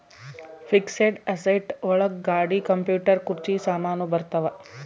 fixed asset ಒಳಗ ಗಾಡಿ computer ಕುರ್ಚಿ ಸಾಮಾನು ಬರತಾವ